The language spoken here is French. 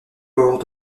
port